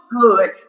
good